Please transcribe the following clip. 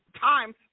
time